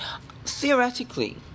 Theoretically